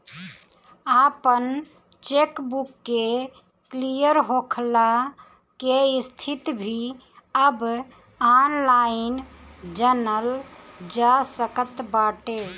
आपन चेकबुक के क्लियर होखला के स्थिति भी अब ऑनलाइन जनल जा सकत बाटे